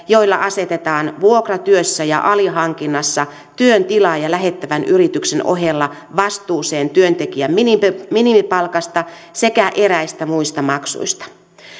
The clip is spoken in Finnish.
joilla asetetaan vuokratyössä ja alihankinnassa työn tilaaja lähettävän yrityksen ohella vastuuseen työntekijän minimipalkasta sekä eräistä muista maksuista